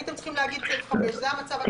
הייתם צריכים להגיד סעיף 5. זה המצב הקיים.